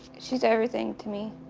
she's everything to me.